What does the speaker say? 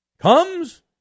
comes